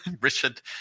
Richard